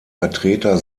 vertreter